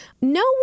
No